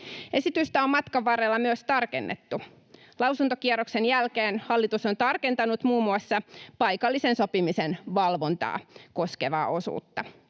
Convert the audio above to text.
Esitystä on matkan varrella myös tarkennettu. Lausuntokierroksen jälkeen hallitus on tarkentanut muun muassa paikallisen sopimisen valvontaa koskevaa osuutta.